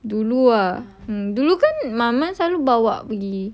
dulu ah dulu kan mama selalu bawa pergi